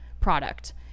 product